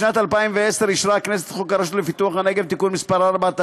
בשנת 2010 אישרה הכנסת את חוק הרשות לפיתוח הנגב (תיקון מס' 4),